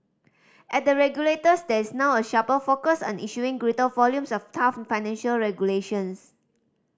at the regulators there is now a sharper focus on issuing greater volumes of tough financial regulations